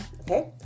Okay